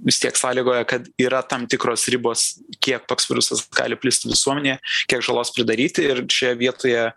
vis tiek sąlygoja kad yra tam tikros ribos kiek toks virusas gali plisti visuomenėje kiek žalos pridaryti ir čia vietoje